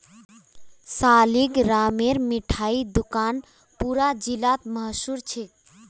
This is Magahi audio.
सालिगरामेर मिठाई दुकान पूरा जिलात मशहूर छेक